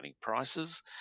prices